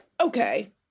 okay